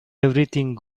everything